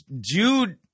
Jude